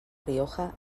rioja